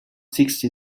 sixty